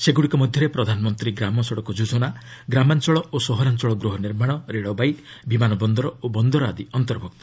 ସେଗୁଡ଼ିକ ମଧ୍ୟରେ ପ୍ରଧାନମନ୍ତ୍ରୀ ଗ୍ରାମ ସଡ଼କ ଯୋଜନା ଗ୍ରାମାଞ୍ଚଳ ଓ ସହରାଞ୍ଚଳ ଗୃହନିର୍ମାଣ ରେଳବାଇ ବିମାନ ବନ୍ଦର ଓ ବନ୍ଦର ଆଦି ଅନ୍ତର୍ଭୁକ୍ତ